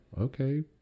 Okay